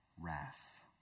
wrath